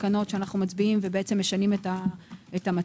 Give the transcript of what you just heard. תקנות שאנו מצביעים ומשנים את המצב.